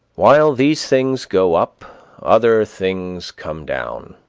while these things go up other things come down.